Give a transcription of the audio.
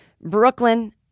Brooklyn